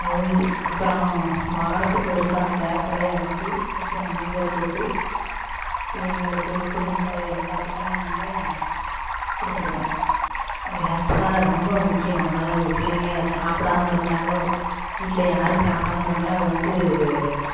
அது அப்புறோம் வாரத்துக்கு ஒருக்கா வேப்பிலையை அவித்து கொஞ்சம் மஞ்சள் போட்டு பிள்ளைங்களுக்கு குடும்பத்தில் உள்ள எல்லாத்துக்குமே நாங்கள் கொடுத்துருவோம் வேப்பிலை ரொம்ப முக்கியம் அதாவது பிள்ளைங்கள் சாப்பிடாம இருந்தாலோ வீட்டில் யாரும் சாப்பிடாம இருந்தாலும் அது வந்து